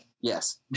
Yes